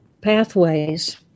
pathways